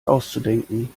auszudenken